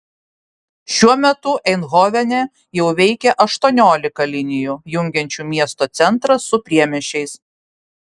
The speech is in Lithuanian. šiuo metu eindhovene jau veikia aštuoniolika linijų jungiančių miesto centrą su priemiesčiais